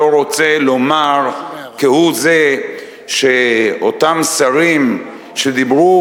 לא רוצה לומר כהוא-זה שאותם שרים שדיברו